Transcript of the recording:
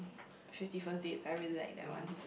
Fifty First Date I really like that one